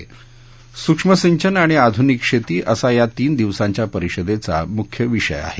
सूक्ष्म सिंचन आणि आधूनिक शेती असा या तीन दिवसांच्या परिषदेचा मुख्य विषय हा आहे